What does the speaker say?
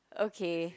okay